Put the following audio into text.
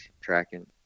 tracking